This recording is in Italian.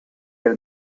del